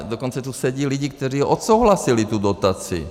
Dokonce tu sedí lidi, kteří odsouhlasili tu dotaci.